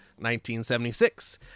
1976